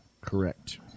Correct